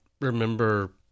remember